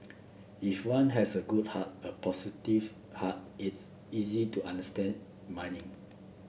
if one has a good heart a positive heart it's easy to understand miming